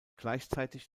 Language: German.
gleichzeitig